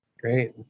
Great